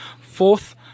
Fourth